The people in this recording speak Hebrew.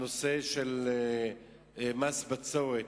הנושא של מס בצורת.